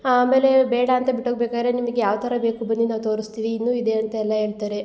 ಆಮೇಲೆ ಬೇಡ ಅಂತ ಬಿಟ್ಟು ಹೋಗ್ಬೇಕಾರೆ ನಿಮ್ಗೆ ಯಾವ ಥರ ಬೇಕು ಬನ್ನಿ ನಾವು ತೋರಿಸ್ತೀವಿ ಇನ್ನು ಇದೆ ಅಂತೆಲ್ಲ ಹೇಳ್ತಾರೆ